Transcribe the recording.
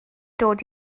dod